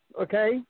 okay